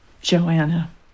Joanna